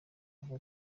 vuba